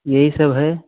यही सब है